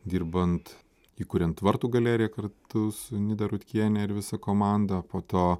dirbant įkuriant vartų galeriją kartu su nida rutkiene ir visa komanda